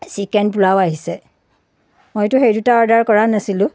chicken pulao আহিছে মইতো সেই দুটা অৰ্ডাৰ কৰা নাছিলোঁ